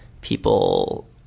people